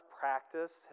practice